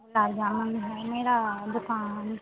गुलाब जामुन है मेरा दुकान